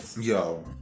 Yo